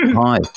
Hi